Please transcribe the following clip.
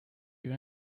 you